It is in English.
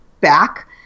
back